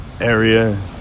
Area